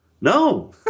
No